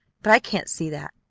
but i can't see that!